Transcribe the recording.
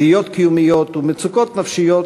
תהיות קיומיות ומצוקות נפשיות